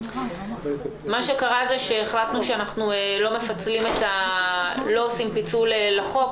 מה שקרה זה שהחלטנו שאנחנו לא עושים פיצול לחוק.